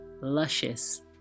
luscious